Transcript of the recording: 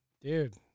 Dude